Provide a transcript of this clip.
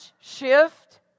shift